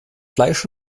fleisch